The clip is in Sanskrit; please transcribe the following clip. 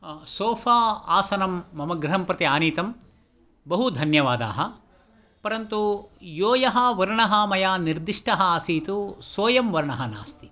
सोफ़ा आसनं मम गृहं प्रति आनीतं बहु धन्यवादाः परन्तु यो यः वर्णः मया निर्दिष्टः आसीत् सोऽयं वर्णः नास्ति